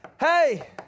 hey